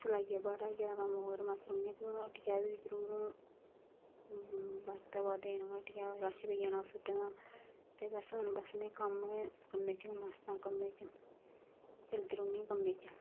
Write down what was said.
सलाइया कडाइया कम्म मस्त रौहन्नी फ्ही कोई हट्टिया बी हून बरत अवा दे हून हट्टिया रश पेई जाना सूटें दा ते बस हून बस में कम्म गै कम्मै च गै मस्त आं कम्मै च चलदी रौह्न्नी कम्मै च